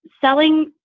selling